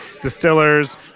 distillers